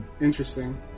Interesting